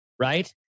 Right